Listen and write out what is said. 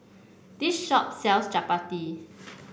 this shop sells Chapati